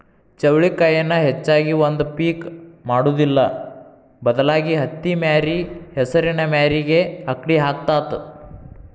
ಚೌಳಿಕಾಯಿನ ಹೆಚ್ಚಾಗಿ ಒಂದ ಪಿಕ್ ಮಾಡುದಿಲ್ಲಾ ಬದಲಾಗಿ ಹತ್ತಿಮ್ಯಾರಿ ಹೆಸರಿನ ಮ್ಯಾರಿಗೆ ಅಕ್ಡಿ ಹಾಕತಾತ